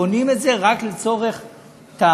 בונים את זה רק לצורך טהרה,